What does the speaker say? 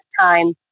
time